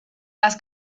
las